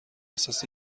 احساس